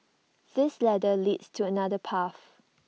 this ladder leads to another path